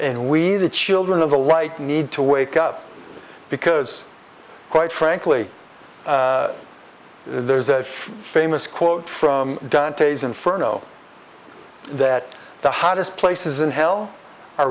and we the children of the light need to wake up because quite frankly there's a famous quote from dantes inferno that the hottest places in hell